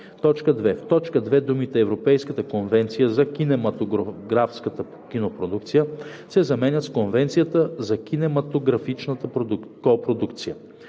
В т. 2 думите „Европейската конвенция за кинематографската копродукция“ се заменят с „Конвенцията за кинематографичната копродукция“.“